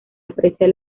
aprecia